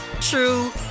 true